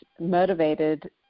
motivated